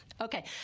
Okay